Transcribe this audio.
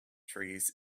trees